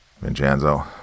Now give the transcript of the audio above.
Vincenzo